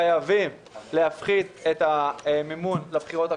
בעיניי חייבים להפחית את המימון לבחירות הקרובות,